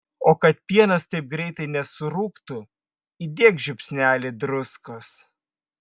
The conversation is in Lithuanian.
o kad pienas taip greitai nesurūgtų įdėk žiupsnelį druskos